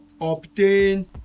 obtain